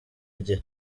igihe